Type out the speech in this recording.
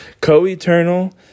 Co-eternal